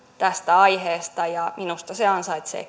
tästä aiheesta ja minusta se ansaitsee